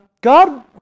God